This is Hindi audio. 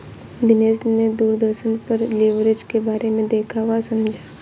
दिनेश ने दूरदर्शन पर लिवरेज के बारे में देखा वह समझा